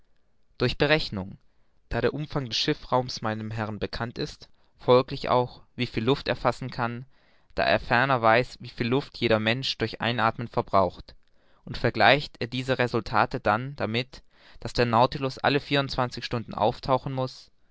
durch berechnung da der umfang des schiffsraumes meinem herrn bekannt ist folglich auch wie viel luft er fassen kann da er ferner weiß wie viel luft jeder mensch durch einathmen verbraucht und vergleicht er diese resultate damit daß der nautilus alle vierundzwanzig stunden auftauchen muß